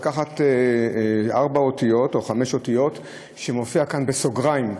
לקחת ארבע אותיות או חמש אותיות שמופיעות כאן בסוגריים: